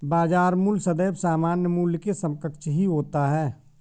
बाजार मूल्य सदैव सामान्य मूल्य के समकक्ष ही होता है